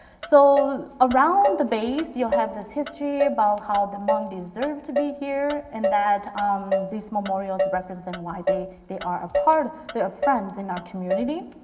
so around the base, you'll have this history about how the hmong deserve to be here, and that um these memorials represent why they they are a part they are friends in our community.